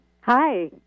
Hi